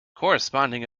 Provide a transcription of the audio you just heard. corresponding